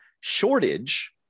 shortage